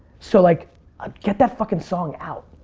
so like ah get that fucking song out.